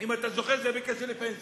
אם אתה זוכר, זה היה בקשר לפנסיות.